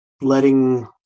letting